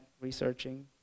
researching